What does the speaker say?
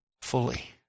fully